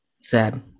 Sad